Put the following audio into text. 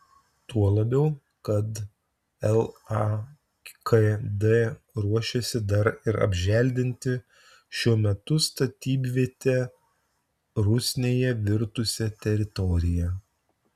tuo labiau kad lakd ruošiasi dar ir apželdinti šiuo metu statybviete rusnėje virtusią teritoriją